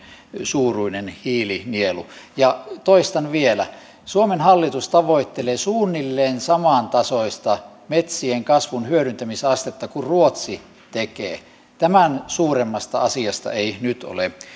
suuruinen hiilinielu ja toistan vielä suomen hallitus tavoittelee suunnilleen samantasoista metsien kasvun hyödyntämisastetta kuin ruotsi tekee tämän suuremmasta asiasta ei nyt ole